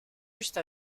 juste